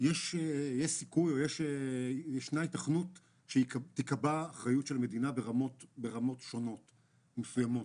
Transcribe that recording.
שישנה היתכנות שתיקבע אחריות של המדינה ברמות שונות ומסוימות.